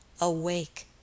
awake